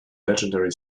legendary